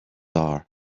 are